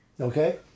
Okay